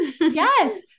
Yes